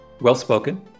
well-spoken